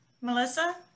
Melissa